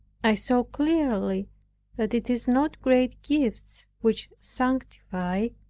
i saw clearly that it is not great gifts which sanctify,